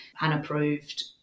unapproved